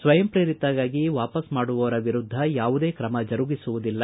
ಸ್ವಯಂಪ್ರೇರಿತರಾಗಿ ವಾಪಸ್ ಮಾಡುವವರ ವಿರುದ್ಧ ಯಾವುದೇ ಕ್ರಮ ಜರುಗಿಸುವುದಿಲ್ಲ